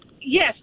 Yes